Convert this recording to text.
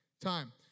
Time